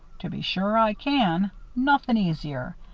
to be sure i can. nothin' easier.